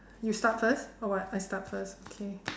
you start first or what I start first okay